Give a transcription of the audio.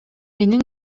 менин